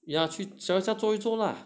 yeah 去他家坐一坐啦